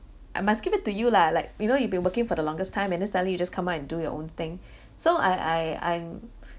I must give it to you lah like you know you've been working for the longest time and then suddenly you just come out and do your own thing so I I I'm